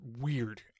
weird